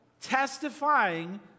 testifying